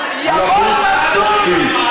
אנחנו שותקים.